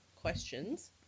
questions